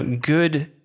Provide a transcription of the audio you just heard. good